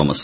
Thomas